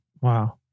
Wow